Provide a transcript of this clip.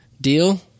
Deal